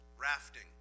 rafting